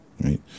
right